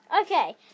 Okay